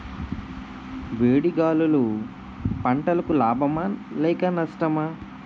వేడి గాలులు పంటలకు లాభమా లేక నష్టమా?